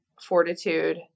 fortitude